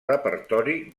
repertori